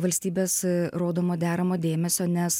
valstybės rodomo deramo dėmesio nes